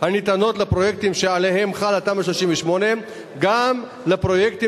הניתנות לפרויקטים שעליהם חלה תמ"א 38 גם לפרויקטים